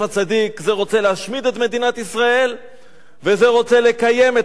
זה רוצה להשמיד את מדינת ישראל וזה רוצה לקיים את עם ישראל,